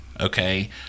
okay